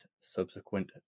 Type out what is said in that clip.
subsequent